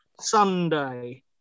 Sunday